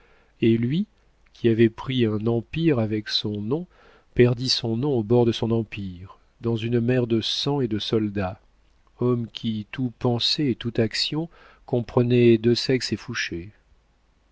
et lui qui avait pris un empire avec son nom perdit son nom au bord de son empire dans une mer de sang et de soldats homme qui tout pensée et tout action comprenait desaix et fouché